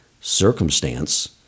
circumstance